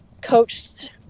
coached